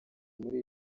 muri